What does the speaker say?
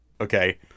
Okay